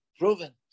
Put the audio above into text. Proven